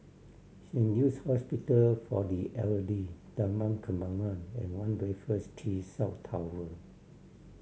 Saint Luke's Hospital for the Elderly Taman Kembangan and One Raffles Quay South Tower